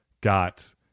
got